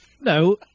No